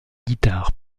guitares